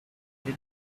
did